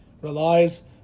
relies